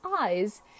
eyes